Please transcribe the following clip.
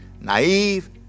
Naive